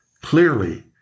Clearly